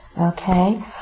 Okay